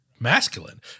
Masculine